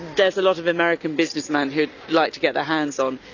there's a lot of american businessmen who liked to get their hands on.